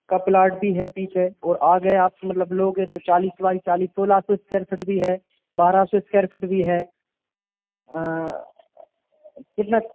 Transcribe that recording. का प्लाट भी है पीछे और आगे आप मतलब लोगे तो चालीस बाय चालीस सोला सौ स्क्वायर फिट भी है बारह सौ स्क्वायर फिट भी है कितना